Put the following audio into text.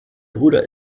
bruder